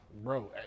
bro